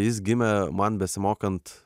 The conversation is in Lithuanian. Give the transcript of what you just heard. jis gimė man besimokant